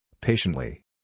patiently